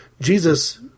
Jesus